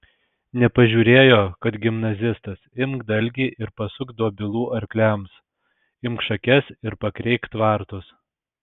nepažiūrėjo kad gimnazistas imk dalgį ir pasuk dobilų arkliams imk šakes ir pakreik tvartus